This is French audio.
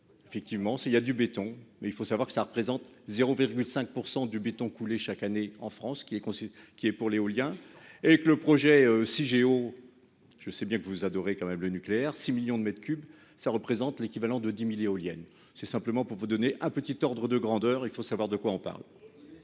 Effectivement s'il y a du béton, mais il faut savoir que ça représente 0,5% du béton coulé chaque année en France qui est con, c'est qu'il est pour l'éolien et que le projet Cigéo. Je sais bien que vous adorez quand même le nucléaire. 6 millions de mètres cubes. Cela représente l'équivalent de 10.000 éoliennes, c'est simplement pour vous donner un petit ordre de grandeur. Il faut savoir de quoi on parle.